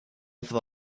for